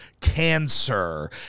cancer